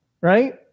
right